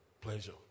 pleasure